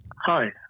Hi